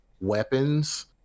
weapons